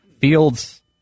Fields